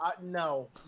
no